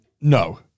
no